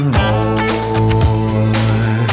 more